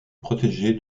protégée